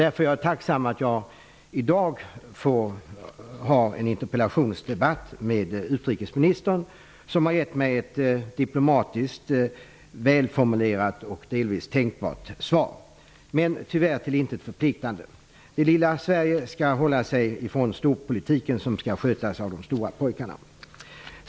Därför är jag tacksam att jag i dag får föra en interpellationsdebatt med utrikesministern, som har gett mig ett diplomatiskt välformulerat och delvis tänkvärt svar. Men tyvärr är det till intet förpliktande. Det lilla Sverige skall hålla sig ifrån storpolitiken, som skall skötas av de stora pojkarna.